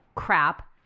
crap